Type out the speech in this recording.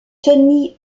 tony